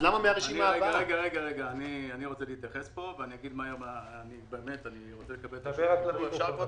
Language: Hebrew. למה זה צריך להיות מהרשימה הבאה?